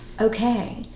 Okay